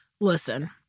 listen